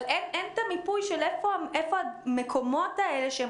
אבל אין את המיפוי של המקומות האלה שהם